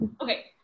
Okay